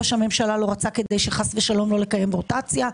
ראש הממשלה לא רצה כדי שחלילה לא לקיים רוטציה.